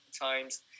times